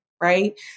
Right